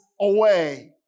away